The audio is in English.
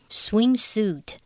swimsuit